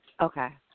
Okay